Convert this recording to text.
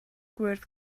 gwyrdd